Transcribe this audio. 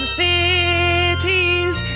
cities